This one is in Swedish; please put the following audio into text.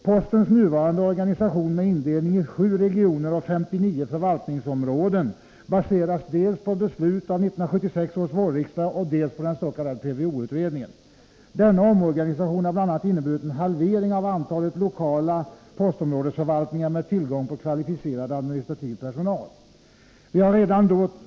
Postens nuvarande organisation med indelning i 7 regioner och 59 förvaltningsområden baseras dels på beslut av 1976 års vårriksdag, dels på den s.k. PVO-utredningen. Denna omorganisation har bl.a. inneburit en halvering av antalet lokala postområdesförvaltningar med tillgång på kvalificerad administrativ personal.